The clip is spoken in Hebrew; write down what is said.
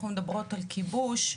אנחנו מדברים על כיבוש,